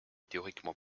théoriquement